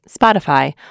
Spotify